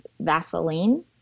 Vaseline